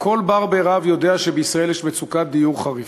כל בר-בי-רב יודע שבישראל יש מצוקת דיור חריפה.